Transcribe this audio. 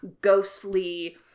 ghostly